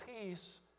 peace